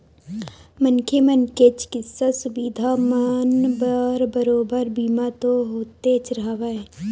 मनखे मन के चिकित्सा सुबिधा मन बर बरोबर बीमा तो होतेच हवय